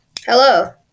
Hello